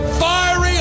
fiery